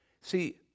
See